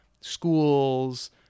Schools